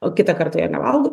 o kitą kartą jo nevalgo